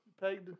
paid